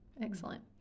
excellent